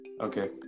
Okay